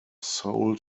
soul